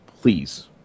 please